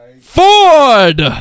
Ford